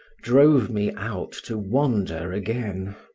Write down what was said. drove me out to wander again.